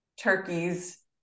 turkeys